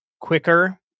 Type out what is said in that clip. quicker